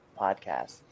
podcast